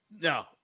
No